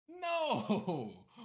No